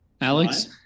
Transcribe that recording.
Alex